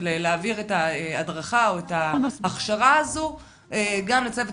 של להעביר את ההדרכה או את ההכשרה הזו גם לצוות